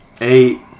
eight